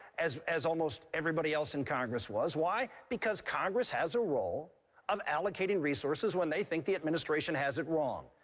as as almost everybody else in congress was. why? because congress has a role of allocating resources when they think the administration has it wrong.